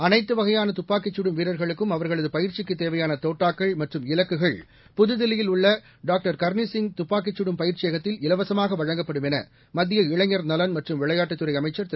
அனைத்து வகையான துப்பாக்கிச் கடும் வீரர்களுக்கும் அவர்களது பயிற்சிக்குத் தேவையான தோட்டாக்கள் மற்றும் இலக்குகள் புதுதில்லியில் உள்ள டாக்டர் கர்னி சிங் துப்பாக்கிச் கடும் பயிற்சியகத்தில் இலவசமாக வழங்கப்படும் என மத்திய இளைஞர் நலன் மற்றும் விளையாட்டுத் துறை அமைச்சர் திரு